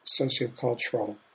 sociocultural